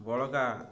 ବଳକା